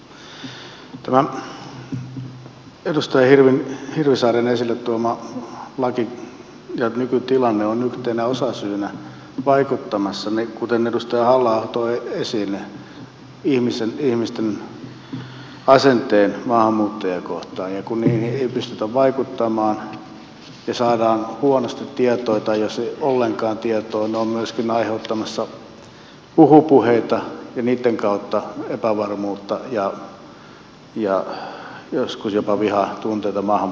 tämä edustaja hirvisaaren esille tuoma laki ja nykytilanne on yhtenä osasyynä vaikuttamassa kuten edustaja halla aho toi esiin ihmisten asenteisiin maahanmuuttajia kohtaan ja kun niihin ei pystytä vaikuttamaan ja saadaan huonosti tietoa tai ei ollenkaan tietoa ne ovat myöskin aiheuttamassa huhupuheita ja niitten kautta epävarmuutta ja joskus jopa vihan tunteita maahanmuuttajia kohtaan